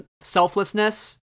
selflessness